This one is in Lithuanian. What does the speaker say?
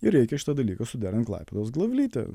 ir reikia šitą dalyką suderint klaipėdos glavlite